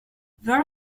vingt